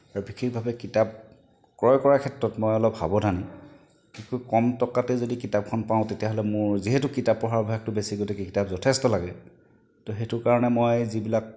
আৰু বিশেষভাৱে কিতাপ ক্ৰয় কৰা ক্ষেত্ৰত মই অলপ সাৱধান কম টকাতে যদি কিতাপখন পাওঁ তেতিয়াহ'লে মোৰ যিহেতু কিতাপ পঢ়াৰ অভ্যাসটো বেছি গতিকে কিতাপ যথেষ্ট লাগে ত' সেইটো কাৰণে মই যিবিলাক